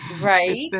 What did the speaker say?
Right